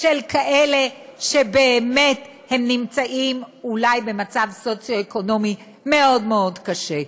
של כאלה שבאמת נמצאים אולי במצב סוציו-אקונומי מאוד מאוד קשה.